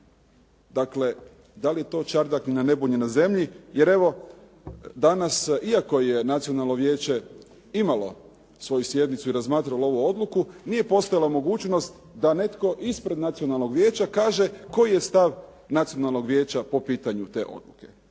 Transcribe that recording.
dakle da li je to čardak ni na nebu ni na zemlji, jer evo danas iako je Nacionalno vijeće imalo svoju sjednicu i razmatralo ovu odluku, nije postojala mogućnost da netko ispred Nacionalnog vijeća kaže koji je stav Nacionalnog vijeća po pitanju te odluke.